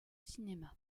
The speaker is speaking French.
cinéma